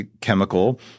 chemical